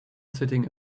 sitting